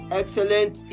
excellent